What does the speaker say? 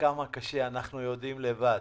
וכמה קשה אנחנו יודעים לבד,